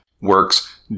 works